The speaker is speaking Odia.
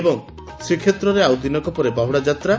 ଏବଂ ଶ୍ରୀକ୍ଷେତ୍ରରେ ଆଉ ଦିନକ ପରେ ବାହୁଡାଯାତ୍ରା